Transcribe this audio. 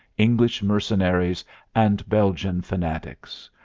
english mercenaries and belgian fanatics.